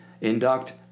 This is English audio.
induct